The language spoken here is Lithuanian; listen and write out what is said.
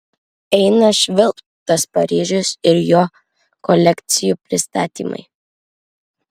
eina švilpt tas paryžius ir jo kolekcijų pristatymai